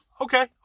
Okay